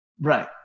Right